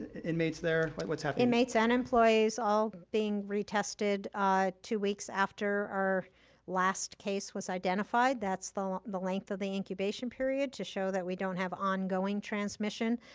inmates there, what's happening? inmates and employees all being retested two weeks after our last case was identified, that's the the length of the incubation period, to show that we don't have ongoing transmission.